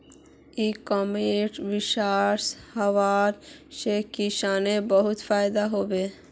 इ कॉमर्स वस्वार वजह से किसानक बहुत फायदा हबे